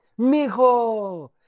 mijo